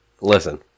Listen